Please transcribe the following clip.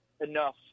enough